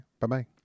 Bye-bye